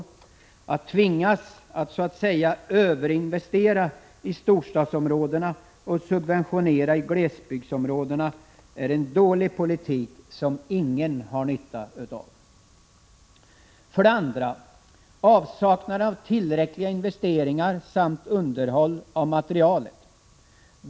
Att tvingas att ”överinvestera” i storstadsområdena och subventionera i glesbygdsområdena är en dålig politik som ingen har nytta av. För det andra: avsaknaden av tillräckliga investeringar samt underhåll av materielen.